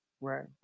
right